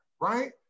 Right